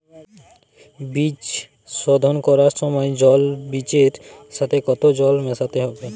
বীজ শোধন করার সময় জল বীজের সাথে কতো জল মেশাতে হবে?